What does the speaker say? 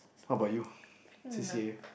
how about you C_C_A